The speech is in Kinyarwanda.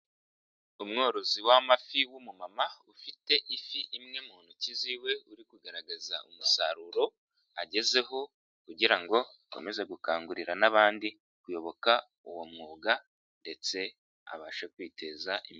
Umworozi wamafi w'umumama ufite ifi imwe mu ntoki ziwe, uri kugaragaza umusaruro agezeho kugira ngo akomeze gukangurira n'abandi kuyoboka uwo mwuga ndetse abasha kwiteza imbere.